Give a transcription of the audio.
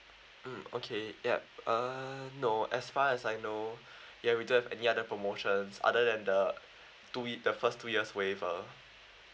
mm okay yup uh no as far as I know ya we don't have any other promotions other than the two ye~ other than the first two years waiver